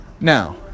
Now